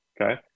okay